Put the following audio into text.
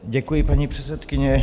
Děkuji, paní předsedkyně.